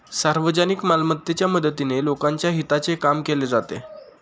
सार्वजनिक मालमत्तेच्या मदतीने लोकांच्या हिताचे काम केले जाते